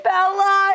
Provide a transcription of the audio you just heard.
Bella